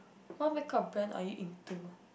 what makeup brand are you in to